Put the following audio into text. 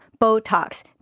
Botox